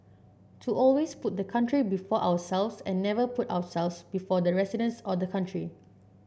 to always put the country before ourselves and never put ourselves before the residents or the country